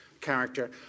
character